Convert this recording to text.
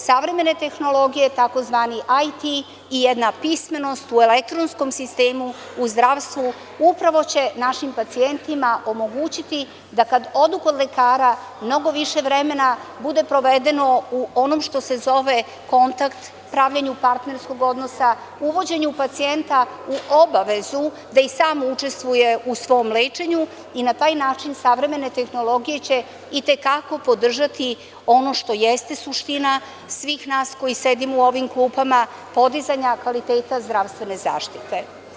Savremene tehnologije, tzv. IT i jedna pismenost u elektronskom sistemu u zdravstvu upravo će našim pacijentima omogućiti da kada odu kod lekara mnogo više vremena bude provedeno u onom što se zove kontakt, pravljenju partnerskog odnosa, uvođenje pacijenta u obavezu da i sam učestvuju u svom lečenju i na taj način, savremene tehnologije će itekako podržati ono što jeste suština svih nas koji sedimo u ovim klupama, podizanja kvaliteta zdravstvene zaštite.